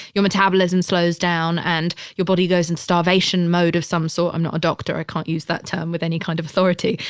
your metabolism slows down and your body goes in starvation mode of some sort. i'm not a doctor. i can't use that term with any kind of authority.